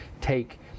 take